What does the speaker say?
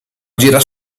gira